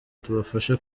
tubafashe